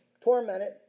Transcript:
tormented